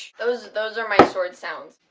those those are my sword sounds